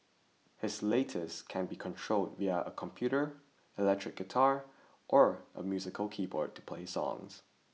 his latest can be controlled via a computer electric guitar or musical keyboard to play songs